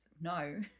No